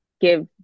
give